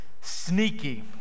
sneaky